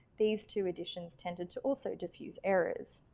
these two editions tended to also diffuse errors.